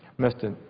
mr.